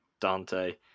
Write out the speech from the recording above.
Dante